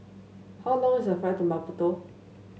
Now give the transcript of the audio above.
how long is the flight to Maputo